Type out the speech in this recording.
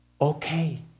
okay